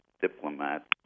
diplomat